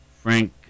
Frank